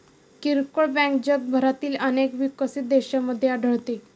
किरकोळ बँक जगभरातील अनेक विकसित देशांमध्ये आढळते